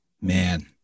Man